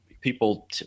people